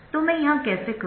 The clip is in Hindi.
तो मैं यह कैसे करूँ